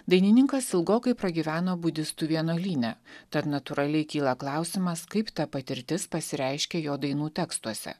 dainininkas ilgokai pragyveno budistų vienuolyne tad natūraliai kyla klausimas kaip ta patirtis pasireiškia jo dainų tekstuose